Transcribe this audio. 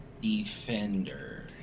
Defender